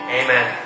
amen